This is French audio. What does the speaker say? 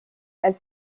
elle